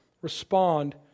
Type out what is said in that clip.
respond